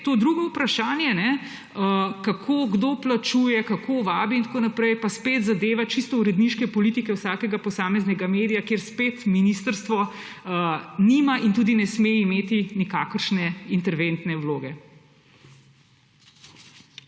To drugo vprašanje, kako kdo plačuje, kako vabi in tako naprej, pa spet zadeva čisto uredniške politike vsakega posameznega medija, kjer spet ministrstvo nima in tudi ne sme imeti nikakršne interventne vloge.